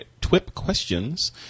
TWIPQuestions